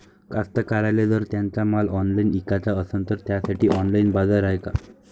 कास्तकाराइले जर त्यांचा माल ऑनलाइन इकाचा असन तर त्यासाठी ऑनलाइन बाजार हाय का?